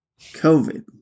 COVID